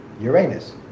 Uranus